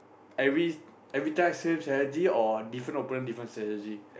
every every time same strategy or different opponent different strategy